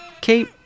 Kate